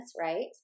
right